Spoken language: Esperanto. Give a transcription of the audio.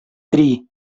tri